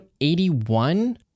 81